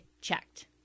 checked